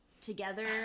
together